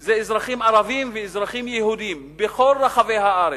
זה אזרחים ערבים ואזרחים יהודים בכל רחבי הארץ,